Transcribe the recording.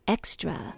Extra